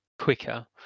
quicker